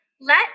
let